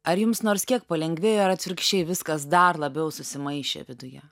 ar jums nors kiek palengvėjo ar atvirkščiai viskas dar labiau susimaišė viduje